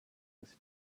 must